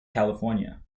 california